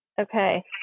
Okay